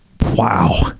Wow